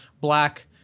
black